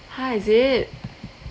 !huh! is it